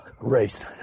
race